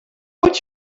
would